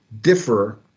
differ